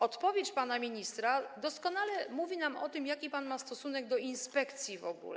Odpowiedź pana ministra doskonale mówi nam o tym, jaki pan ma stosunek do inspekcji w ogóle.